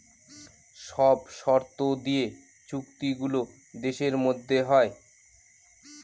সব শর্ত দিয়ে চুক্তি গুলো দেশের মধ্যে হয়